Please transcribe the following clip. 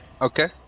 Okay